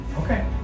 Okay